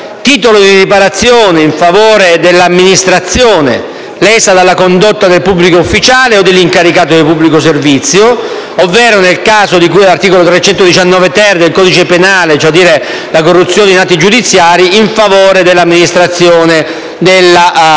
titolo di riparazione in favore dell'amministrazione lesa dalla condotta del pubblico ufficiale o dell'incaricato di pubblico servizio ovvero, nel caso di cui all'articolo 319-*ter* del codice penale (corruzione in atti giudiziari), in favore dell'amministrazione della